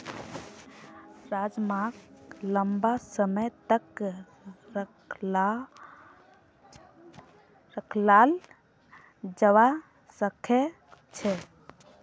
राजमाक लंबा समय तक रखाल जवा सकअ छे